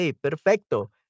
perfecto